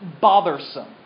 bothersome